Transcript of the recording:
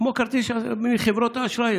כמו כרטיס של חברות האשראי.